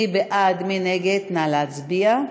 מי בעד, מי נגד, נא להצביע.